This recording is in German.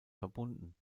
verbunden